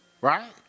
Right